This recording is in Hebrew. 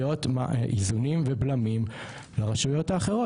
להיות האיזונים והבלמים לרשויות האחרות,